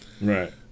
Right